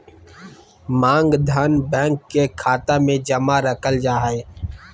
मांग धन, बैंक के खाता मे जमा रखल जा हय